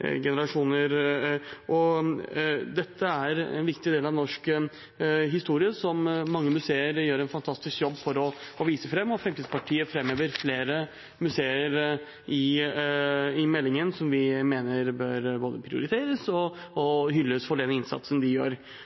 Dette er en viktig del av norsk historie som mange museer gjør en fantastisk jobb for å vise fram, og Fremskrittspartiet framhever flere museer i meldingen som vi mener bør både prioriteres og hylles for den innsatsen de gjør.